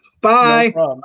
Bye